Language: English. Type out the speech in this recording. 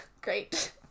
great